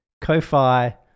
Ko-Fi